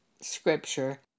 scripture